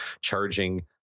charging